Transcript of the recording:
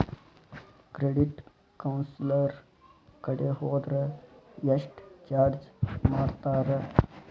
Credit counsellor ಕಡೆ ಹೊದ್ರ ಯೆಷ್ಟ್ ಚಾರ್ಜ್ ಮಾಡ್ತಾರ?